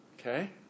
Okay